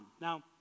Now